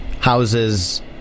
houses